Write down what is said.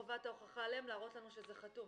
חובת ההוכחה עליהם להראות לנו שזה חתום.